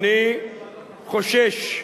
אני חושש,